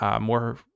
more